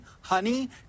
honey